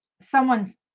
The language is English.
someone's